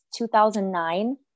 2009